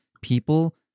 people